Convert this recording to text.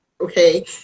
okay